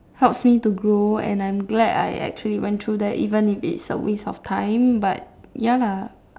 helps me to grow and I'm glad that I actually went through that even if it was a waste of time but ya lah